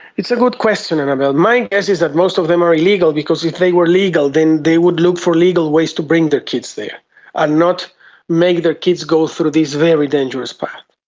it's a good question, annabelle. my guess is that most of them are illegal, because if they were legal then they would look for legal ways to bring their kids there and not make their kids go through this very dangerous path.